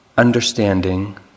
understanding